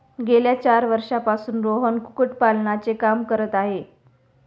गेल्या चार वर्षांपासून रोहन कुक्कुटपालनाचे काम करत आहे